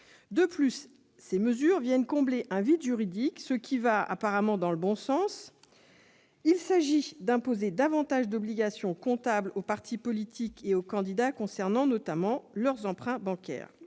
De plus, ces mesures viennent combler un vide juridique, ce qui va dans le bon sens. Il s'agit d'imposer davantage d'obligations comptables aux partis politiques et aux candidats concernant notamment leurs emprunts bancaires,